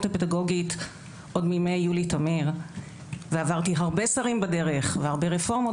הפדגוגית עוד מימי יולי תמיר ועברתי הרבה שרים בדרך והרבה רפורמות